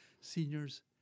seniors